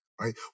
right